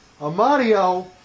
Amadio